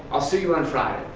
i'll see you on friday.